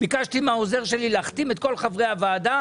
ביקשתי מהעוזר שלי להחתים את כל חברי הוועדה